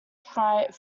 fright